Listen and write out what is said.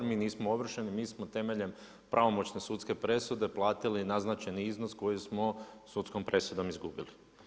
Mi nismo ovršeni, mi smo temeljem pravomoćne sudske presude platili naznačeni iznos koji smo sudskom presudom izgubili.